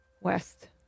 west